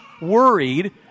worried